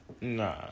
Nah